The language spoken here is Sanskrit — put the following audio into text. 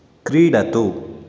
क्रीडतु